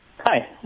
Hi